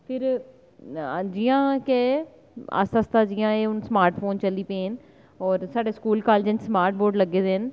फिर जि'यां के आस्तै आस्तै जि'यां एह् स्मार्ट फोन चली पे न होर साढ़े स्कूल कॉलेज च स्मार्ट बोर्ड लग्गे दे न